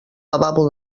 lavabo